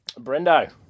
Brendo